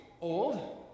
old